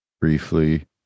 Briefly